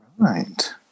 Right